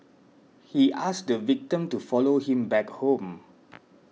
he asked the victim to follow him back home